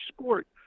sport